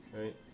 right